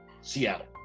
seattle